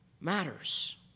matters